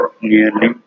nearly